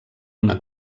una